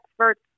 experts